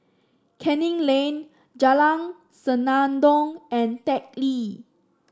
Canning Lane Jalan Senandong and Teck Lee